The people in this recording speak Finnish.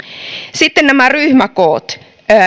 sitten nämä ryhmäkoot